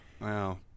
Wow